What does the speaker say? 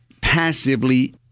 passively